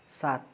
सात